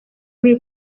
muri